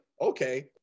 Okay